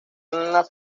las